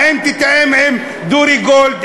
האם תתאם עם דורי גולד?